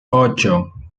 ocho